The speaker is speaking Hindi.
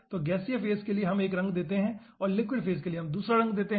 तो गैसीय फेज के लिए हम एक रंग देते हैं और लिक्विड के लिए हम दूसरा रंग देते हैं